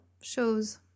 shows